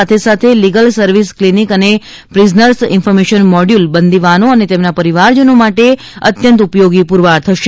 સાથે સાથે legal service clinic અને પ્રિઝનર્સ ઇન્ફર્મેશન મોડ્યુલ બંદીવાનો અને તેમના પરિવારજનો માટે અત્યંત ઉપયોગી પુરવાર થશે